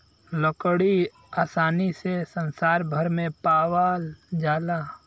लकड़ी आसानी से संसार भर में पावाल जाला